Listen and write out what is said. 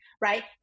right